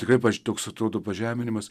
tikrai pavyzdžiui toks atrodo pažeminimas